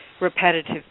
repetitive